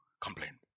Complain